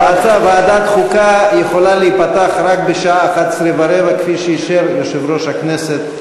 ועדת חוקה יכולה להיפתח רק בשעה 11:15 כפי שאישר יושב-ראש הכנסת,